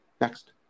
Next